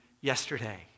yesterday